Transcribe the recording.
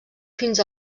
fins